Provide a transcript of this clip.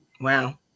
Wow